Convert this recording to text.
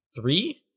Three